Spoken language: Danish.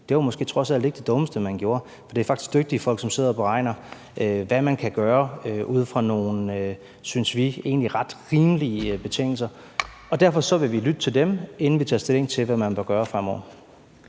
måske trods alt ikke var det dummeste, man gjorde. For det er faktisk dygtige folk, som sidder og beregner, hvad man kan gøre, ud fra nogle, synes vi, egentlig ret rimelige betingelser. Og derfor vil vi lytte til dem, inden vi tager stilling til, hvad man bør gøre fremover.